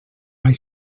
mai